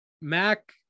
Mac